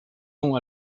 nom